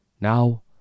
Now